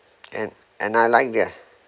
and and I like that